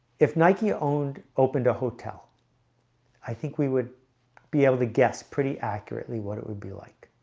if nike owned opened a hotel i think we would be able to guess pretty accurately what it would be like